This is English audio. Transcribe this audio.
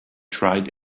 tried